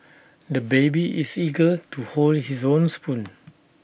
the baby is eager to hold his own spoon